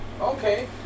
Okay